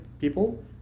people